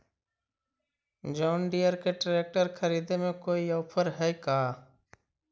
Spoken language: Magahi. जोन डियर के ट्रेकटर खरिदे में कोई औफर है का?